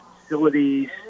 facilities